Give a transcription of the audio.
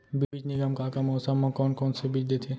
बीज निगम का का मौसम मा, कौन कौन से बीज देथे?